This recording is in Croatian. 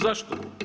Zašto?